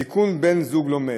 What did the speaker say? (תיקון, בן זוג לומד),